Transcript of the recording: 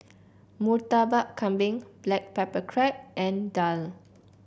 Murtabak Kambing Black Pepper Crab and daal